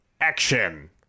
Action